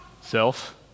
Self